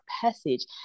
passage